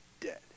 dead